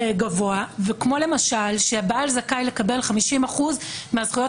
כמו למשל שהבעל זכאי לקבל 50% מהזכויות